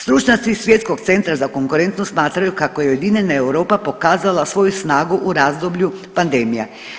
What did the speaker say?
Stručnjaci svjetskog centra za konkurentnost smatraju kako je ujedinjena Europa pokazala svoju snagu u razdoblju pandemija.